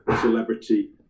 celebrity